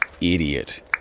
idiot